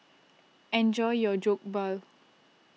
enjoy your Jokbal